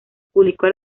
publicó